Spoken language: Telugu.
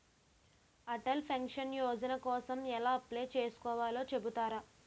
అటల్ పెన్షన్ యోజన కోసం ఎలా అప్లయ్ చేసుకోవాలో చెపుతారా?